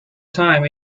time